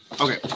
okay